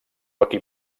equip